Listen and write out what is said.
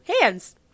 hands